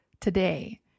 today